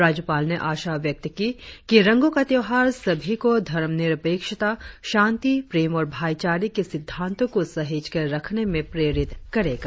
राज्यपाल ने आशा व्यक्त की कि रंगो का त्यौहार सभी को धर्मनिरपेक्षता शांति प्रेम और भाईचारे के सिद्धांतों को सहेज कर रखने में प्रेरित करेगा